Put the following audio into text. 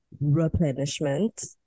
replenishment